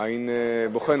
עין בוחנת.